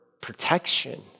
protection